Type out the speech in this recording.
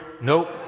Nope